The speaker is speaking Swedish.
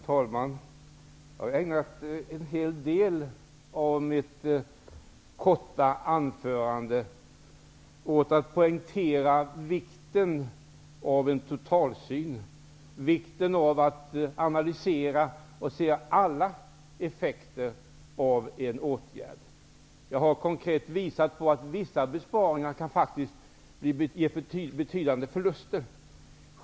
Herr talman! Jag har ägnat stor del av mitt korta anförande åt att poängtera vikten av en totalsyn, vikten av att analysera och att se alla effekter av en åtgärd. Jag har konkret visat på att vissa besparingar faktiskt kan ge betydande förluster.